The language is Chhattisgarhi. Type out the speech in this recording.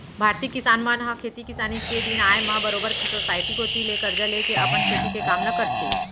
भारतीय किसान मन ह खेती किसानी के दिन आय म बरोबर सोसाइटी कोती ले करजा लेके अपन खेती के काम ल करथे